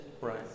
Right